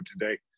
today